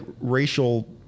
racial